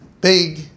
big